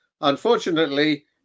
unfortunately